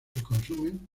consumen